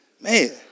Man